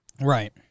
Right